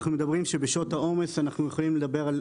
בשעות העומס אנחנו יכולים לדבר על